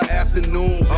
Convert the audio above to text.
afternoon